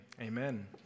Amen